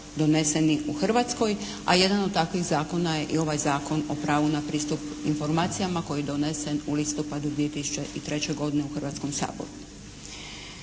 doneseni u Hrvatskoj, a jedan od takvih zakona je i ovaj zakon o pravu na pristup informacijama koji je donese u listopadu 2003. godine u Hrvatskom saboru.